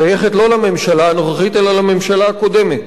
שייכת לא לממשלה הנוכחית אלא לממשלה הקודמת.